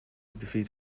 defeat